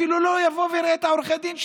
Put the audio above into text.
הוא אפילו לא יבוא ויראה את עורכי הדין שלו.